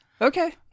Okay